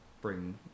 bring